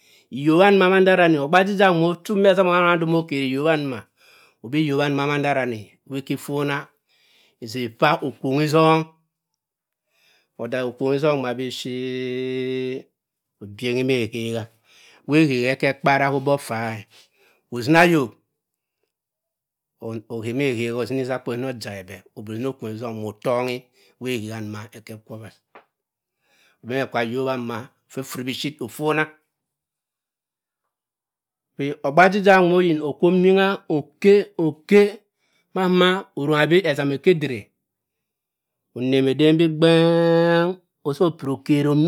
Iyobba nnuma manda rani ogbaajija nwuma ochup me essam ohan-ohan okeri iyowa nnuma, obi oyobba nnuma manda rani wa iki phonna, izi ippa okwonnyi zong odaki okwonnyi zon nwuma biphir obiengi me ekheha wa ekheha eke kpara ka obhe offa-e ozini ayok ohe me ekheha ozini izakpa ozim ojakki bhe, obiri ozini okwonnyi zong ozini okwonnyizon nwuma ottongi uwa ekheha nduma eki ekwowa, obi me kwa ayobba mbuma phe ophuri biphir offonna obi ogbaajija nwuma oyin okwo ominga, oke, oke maa ma orongo bi ezam eki ediri, onemi eden bi gbeng ozo piri okeri-o.